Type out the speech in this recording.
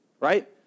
right